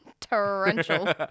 Torrential